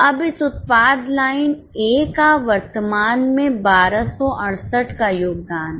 अब इस उत्पाद लाइन A का वर्तमान में 1268 का योगदान है